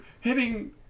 hitting